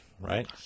right